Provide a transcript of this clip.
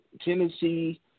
Tennessee